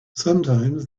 sometimes